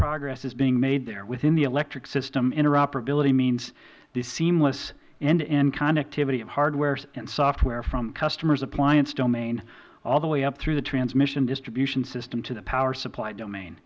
progress is being made there within the electric system interoperability means the seamless end to end connectivity of hardware and software from customers appliance domain all the way up through the transmission distribution system to the power supply domain